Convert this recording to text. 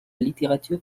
littérature